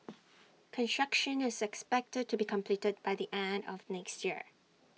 construction is expected to be completed by the end of next year